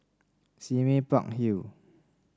Sime Park Hill